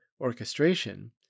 Orchestration